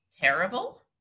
terrible